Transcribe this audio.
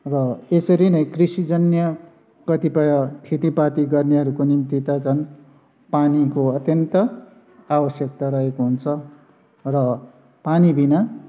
र एसरी नै कृषिजन्य कतिपय खेतीपाती गर्नेहरूको निम्ति त झन् पानीको अत्यन्त आवश्यक्ता रहेको हुन्छ र पानीबिना